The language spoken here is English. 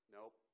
Nope